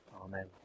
Amen